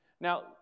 Now